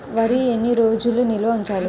వరి ఎన్ని రోజులు నిల్వ ఉంచాలి?